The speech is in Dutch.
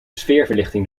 sfeerverlichting